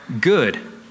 good